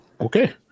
Okay